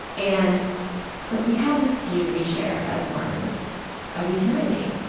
and but we have this view we share as mormons of eternity.